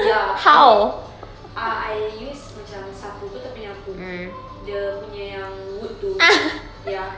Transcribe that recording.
ya I did ah I used macam sapu kau tahu penyapu dia punya yang wood tu ya